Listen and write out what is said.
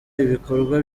ibikorwa